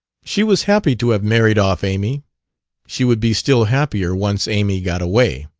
she was happy to have married off amy she would be still happier once amy got away.